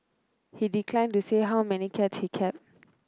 he declined to say how many cats he kept